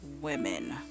women